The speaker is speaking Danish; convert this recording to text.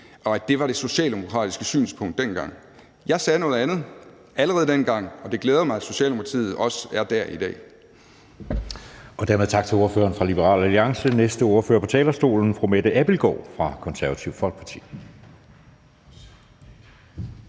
– det var det socialdemokratiske synspunkt dengang. Jeg sagde noget andet allerede dengang, og det glæder mig, at Socialdemokratiet også er dér i dag.